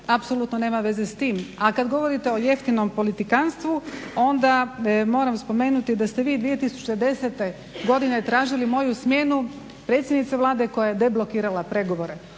apsolutno nema veze s tim. A kad govorite o jeftinom politikanstvu, onda moram spomenuti da ste vi 2010. godine tražili moju smjenu predsjednice Vlade koja je deblokirala pregovore,